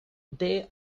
they